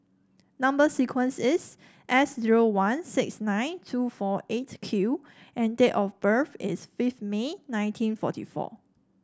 number sequence is S zero one six nine two four Eight Q and date of birth is fifth May nineteen forty four